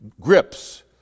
grips